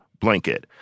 blanket